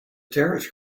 terrorist